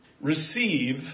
receive